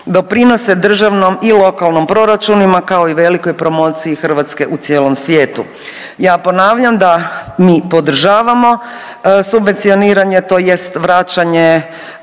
doprinose državnom i lokalnim proračunima kao i velikoj promociji Hrvatske u cijelom svijetu. Ja ponavljam da mi podržavamo subvencioniranje, tj. vraćanje